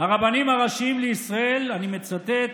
הרבנים הראשיים לישראל, אני מצטט: